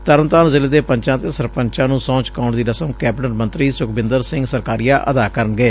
ਤਰਨਤਾਰਨ ਜ਼ਿਲ੍ਹੇ ਦੇ ਪੰਚਾਂ ਅਤੇ ਸਰਪੰਚਾਂ ਨੂੰ ਸਹੁੰ ਚੁਕਾਉਣ ਦੀ ਰਸਮ ਕੈਬਨਿਟ ਮੰਤਰੀ ਸੁਖਬਿੰਦਰ ਸਿੰਘ ਸਰਕਾਰੀਆ ਅਦਾ ਕਰਨਗੇ